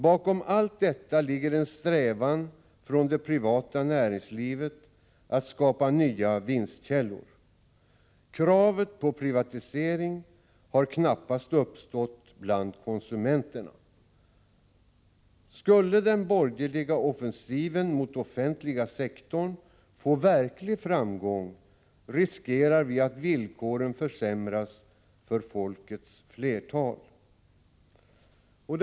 Bakom allt detta ligger en strävan från det privata näringslivets sida att skapa nya vinstkällor. Kravet på privatisering har knappast uppstått bland konsumenterna. Skulle den borgerliga offensiven mot den offentliga sektorn få verklig framgång, riskerar vi att villkoren försämras för flertalet människor.